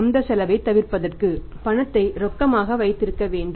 அந்த செலவைத் தவிர்ப்பதற்கு பணத்தை ரொக்கமாக வைத்திருக்க வேண்டும்